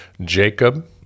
Jacob